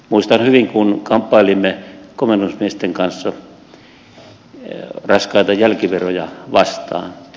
muistan hyvin kun kamppailimme komennusmiesten kanssa raskaita jälkiveroja vastaan